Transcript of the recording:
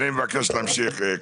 אני מבקש להמשיך.